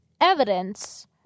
evidence